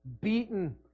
beaten